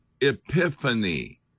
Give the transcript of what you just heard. epiphany